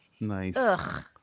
Nice